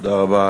תודה רבה.